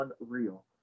unreal